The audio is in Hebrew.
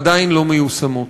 עדיין לא מיושמות.